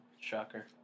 shocker